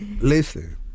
Listen